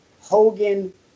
Hogan